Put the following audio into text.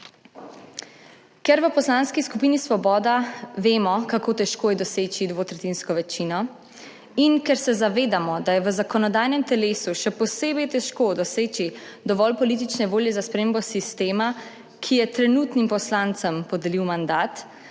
Ker v Poslanski skupini Svoboda vemo, kako težko je doseči dvotretjinsko večino in ker se zavedamo, da je v zakonodajnem telesu še posebej težko doseči dovolj politične volje za spremembo sistema, ki je trenutnim poslancem podelil mandat,